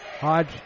Hodge